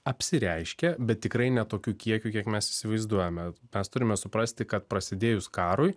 apsireiškė bet tikrai ne tokiu kiekiu kiek mes įsivaizduojame mes turime suprasti kad prasidėjus karui